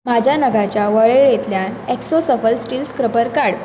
म्हज्या नगांच्या वळेरेंतल्यान एक्सो सफल स्टील स्क्रबर काड